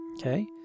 Okay